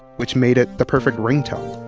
which made it the perfect ringtone.